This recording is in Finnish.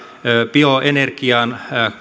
bioenergian